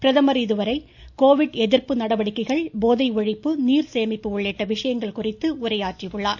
பிரதமர் இதுவரை கோவிட் எதிர்ப்பு நடவடிக்கைகள் போதை ஒழிப்பு நீர்சேமிப்பு உள்ளிட்ட விஷயங்கள் குறித்து உரையாற்றியுள்ளார்